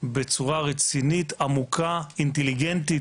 בצורה רצינית, עמוקה, אינטליגנטית,